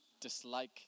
dislike